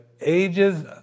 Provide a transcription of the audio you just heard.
ages